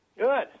Good